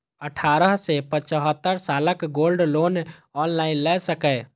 अठारह सं पचहत्तर सालक लोग गोल्ड लोन ऑनलाइन लए सकैए